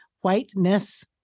whiteness